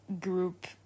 group